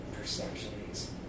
perceptions